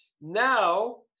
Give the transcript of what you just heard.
now